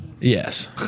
Yes